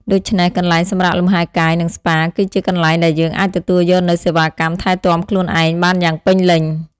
ដូច្នេះ កន្លែងសម្រាកលំហែកាយ និងស្ប៉ា គឺជាកន្លែងដែលយើងអាចទទួលយកនូវសេវាកម្មថែទាំខ្លួនឯងបានយ៉ាងពេញលេញ។